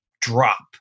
drop